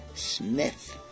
Smith